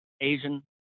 Asian